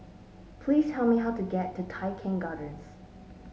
please tell me how to get to Tai Keng Gardens